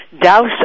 douse